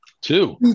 Two